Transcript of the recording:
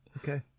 Okay